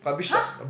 !huh!